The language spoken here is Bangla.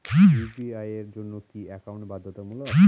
ইউ.পি.আই এর জন্য কি একাউন্ট বাধ্যতামূলক?